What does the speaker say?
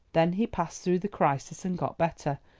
then he passed through the crisis and got better,